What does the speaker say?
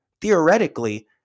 theoretically